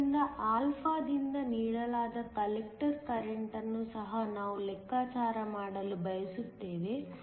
ಆದ್ದರಿಂದ ಆಲ್ಫಾದಿಂದ ನೀಡಲಾದ ಕಲೆಕ್ಟರ್ ಕರೆಂಟ್ ಅನ್ನು ಸಹ ನಾವು ಲೆಕ್ಕಾಚಾರ ಮಾಡಲು ಬಯಸುತ್ತೇವೆ